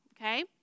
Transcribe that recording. okay